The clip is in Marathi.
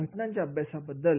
घटनांच्या अभ्यासक्रमाबद्दल